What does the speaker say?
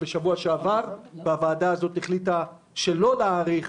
בשבוע שעבר הוועדה החליטה לא להאריך